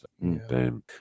Boom